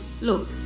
Look